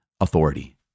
authority